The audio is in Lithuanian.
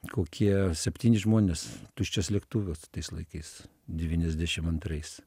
kokie septyni žmonės tuščias lėktuvas tais laikais devyniasdešim antrais